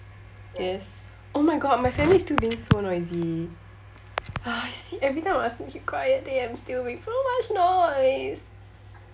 yes oh my god my family's still being so noisy !hais! everytime ask me keep quiet still make so much noise